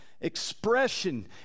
expression